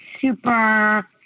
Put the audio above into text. super